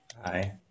hi